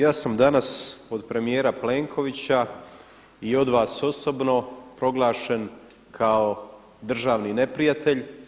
Ja sam danas od premijera Plenkovića i od vas osobno proglašen kao državni neprijatelj.